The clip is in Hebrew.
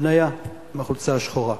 בניה, עם החולצה השחורה,